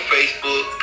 Facebook